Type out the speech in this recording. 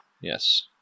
Yes